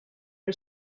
you